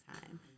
time